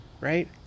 right